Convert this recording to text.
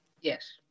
Yes